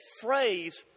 phrase